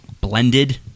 Blended